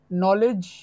knowledge